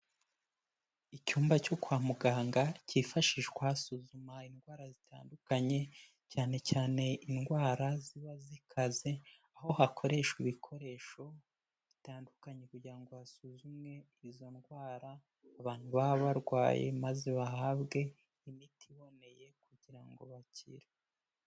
Icyumba cyo kwa muganga cyifashishwa basuzuma indwara zitandukanye, cyane cyane indwara ziba zikaze, aho hakoreshwa ibikoresho bitandukanye kugira ngo hasuzumwe izo ndwara abantu baba barwaye, maze bahabwe imiti iboneye kugira ngo bakire.